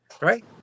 right